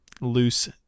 Loose